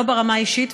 לא ברמה האישית,